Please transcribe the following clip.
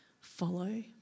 follow